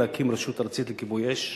להקים רשות ארצית לכיבוי אש.